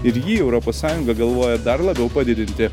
ir jį europos sąjunga galvoja dar labiau padidinti